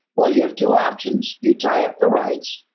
well, you have two options. you tie up the rights.